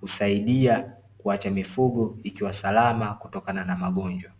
husaidia kuacha mifugo ikiwa salama kutokana na magonjwa.